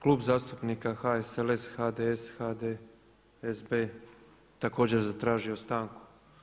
Klub zastupnika HSLS, HDS, HDSSB također zatražio stanku.